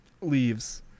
Leaves